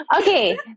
okay